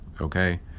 Okay